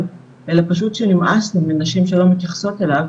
אלא שפשוט נמאס לו מנשים שלא מתייחסות אליו